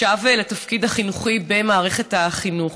שב לתפקיד חינוכי במערכת החינוך.